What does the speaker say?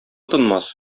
тынмас